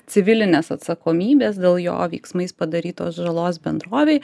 civilinės atsakomybės dėl jo veiksmais padarytos žalos bendrovei